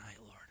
Lord